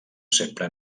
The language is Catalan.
sempre